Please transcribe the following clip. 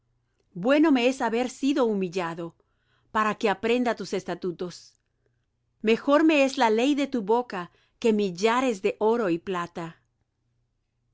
bueno me es haber sido humillado para que aprenda tus estatutos mejor me es la ley de tu boca que millares de oro y plata